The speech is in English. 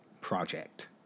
project